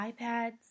iPads